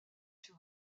sur